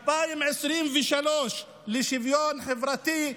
בשנת 2023 היא עברה למשרד לשוויון חברתי,